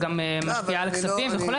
המועצה גם משפיעה על כספים וכו'.